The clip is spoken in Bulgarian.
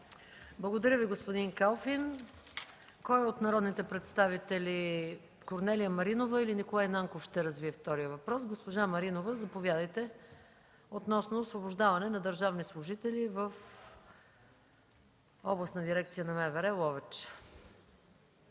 Благодаря Ви, господин Калфин. Кой от народните представители – Корнелия Маринова или Николай Нанков ще развие втория въпрос? Госпожа Маринова, заповядайте, относно освобождаване на държавни служители в Областна дирекция на МВР – Ловеч.